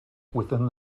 within